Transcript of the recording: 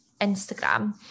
Instagram